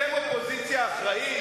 אתם אופוזיציה אחראית?